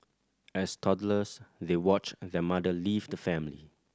as toddlers they watched their mother leave the family